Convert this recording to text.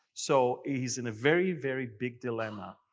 so is in a very, very big dilemma.